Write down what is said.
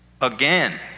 again